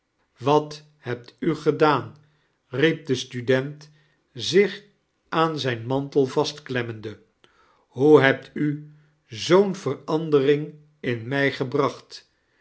wat hebt u gedaan riep de student zich aan zijn mantel vastklemmende hoe hebt u zoo'n verandering in mij gebracht